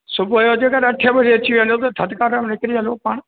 सुबुह जो जेकॾहिं छह बजे अची वेंदो त थधिकार में निकिरी हलूं पाण